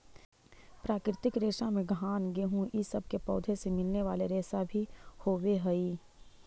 प्राकृतिक रेशा में घान गेहूँ इ सब के पौधों से मिलने वाले रेशा भी होवेऽ हई